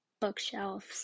bookshelves